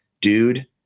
dude